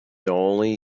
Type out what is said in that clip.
only